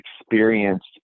experienced